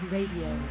Radio